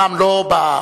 אומנם לא בראש,